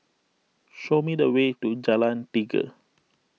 show me the way to Jalan Tiga